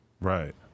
Right